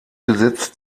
besitzt